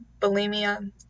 bulimia